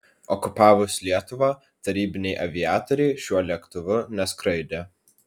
okupavus lietuvą tarybiniai aviatoriai šiuo lėktuvu neskraidė